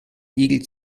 igel